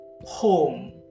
home